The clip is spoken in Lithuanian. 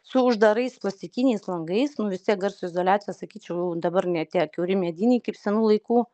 su uždarais plastikiniais langais nu vis tiek garso izoliacija sakyčiau dabar ne tie kiauri mediniai kaip senų laikų